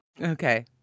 okay